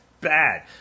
bad